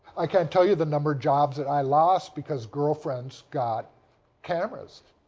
i can't tell you the number of jobs that i lost because girlfriends got cameras.